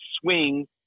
swing